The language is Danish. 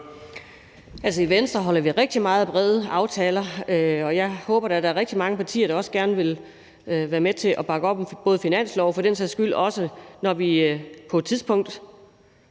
Altså, i Venstre holder vi rigtig meget af brede aftaler. Jeg håber da, der er rigtig mange partier, der også gerne vil være med til at bakke op om finansloven og for den sags skyld også vil bakke op, når vi på et tidspunkt